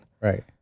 Right